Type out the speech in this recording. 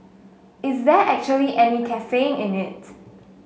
is there actually any caffeine in it